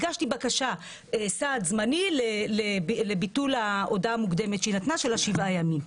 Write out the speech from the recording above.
הגשתי בקשה סעד זמני לביטול ההודעה המוקדמת שהיא נתנה של השבעה ימים.